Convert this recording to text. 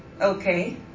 Okay